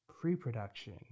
pre-production